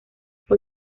fue